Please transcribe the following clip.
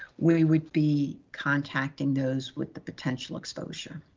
we would be contacting those with the potential exposure.